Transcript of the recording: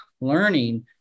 learning